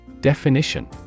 Definition